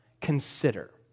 consider